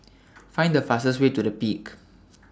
Find The fastest Way to The Peak